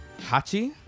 hachi